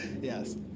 Yes